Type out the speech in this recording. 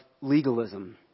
legalism